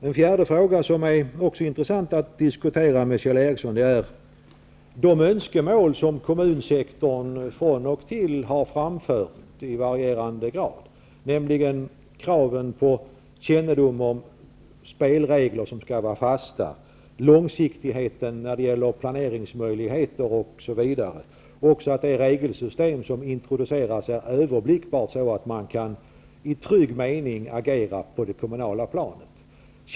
En fjärde fråga som det också är intressant att diskutera med Kjell Ericsson gäller de önskemål som kommunsektorn av och till har framfört i varierande grad, nämligen kraven på fasta spelregler och långsiktighet när det gäller planeringsmöjlighet osv., nämligen att det regelsystem som introduceras är överblickbart, så att man tryggt kan agera på det kommunala planet.